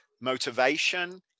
motivation